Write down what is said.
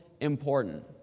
important